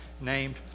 named